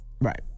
Right